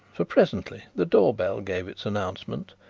for presently the door bell gave its announcement,